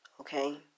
Okay